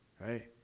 Right